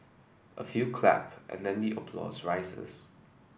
a few clap and then the applause rises